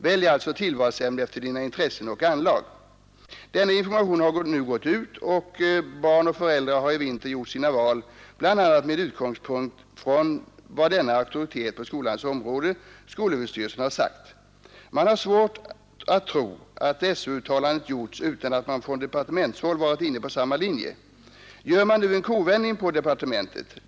Välj alltså tillvalsämne efter dina intressen och anlag.” Denna information har nu gått ut, och barn och föräldrar har i vinter gjort sina val, bl.a. med utgångspunkt från vad denna auktoritet på skolans område — skolöverstyrelsen — har sagt. Man har svårt att tro att SÖ-uttalandet gjorts utan att man från departementshåll varit inne på samma linje. Gör man nu en kovändning på departementet?